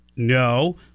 No